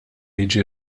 jiġi